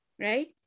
right